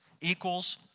equals